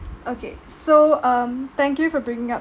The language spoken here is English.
okay so um thank you for bringing up